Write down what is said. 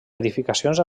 edificacions